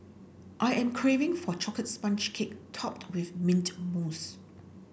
I am craving for a chocolate sponge cake topped with mint mousse